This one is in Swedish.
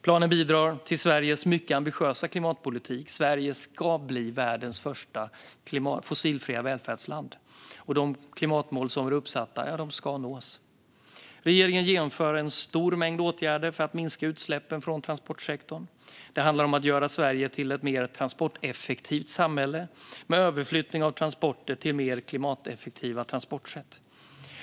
Planen bidrar till Sveriges mycket ambitiösa klimatpolitik. Sverige ska bli världens första fossilfria välfärdsland. De klimatmål som är uppsatta ska nås. Regeringen genomför en stor mängd åtgärder för att minska utsläppen från transportsektorn. Det handlar om att göra Sverige till ett mer transporteffektivt samhälle med överflyttning av transporter till mer klimateffektiva transportsätt.